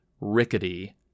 rickety